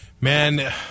Man